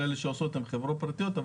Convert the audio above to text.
כל אלה שעושות הן חברות פרטיות,